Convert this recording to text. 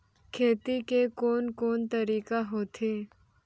खेती के कोन कोन तरीका होथे?